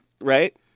Right